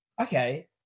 okay